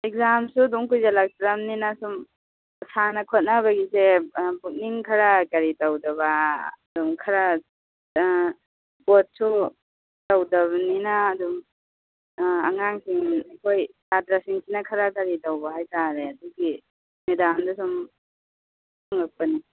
ꯑꯦꯛꯖꯥꯝꯁꯨ ꯑꯗꯨꯝ ꯀꯨꯏꯁꯤꯜꯂꯛꯇ꯭ꯔꯕꯅꯤꯅ ꯁꯨꯝ ꯁꯥꯟꯅ ꯈꯣꯠꯅꯕꯒꯤꯁꯦ ꯄꯨꯛꯅꯤꯡ ꯈꯔ ꯀꯔꯤ ꯇꯧꯗꯕ ꯑꯗꯨꯝ ꯈꯔ ꯁ꯭ꯄꯣꯔꯠꯁꯁꯨ ꯇꯧꯗꯕꯅꯤꯅ ꯑꯗꯨꯝ ꯑꯉꯥꯡꯁꯤꯡ ꯑꯩꯈꯣꯏ ꯁꯥꯇ꯭ꯔꯁꯤꯡꯁꯤꯅ ꯈꯔ ꯀꯔꯤ ꯇꯧꯕ ꯍꯥꯏꯇꯥꯔꯦ ꯑꯗꯨꯒꯤ ꯃꯦꯗꯥꯝꯗ ꯁꯨꯝ ꯍꯉꯛꯄꯅꯤ